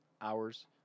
hours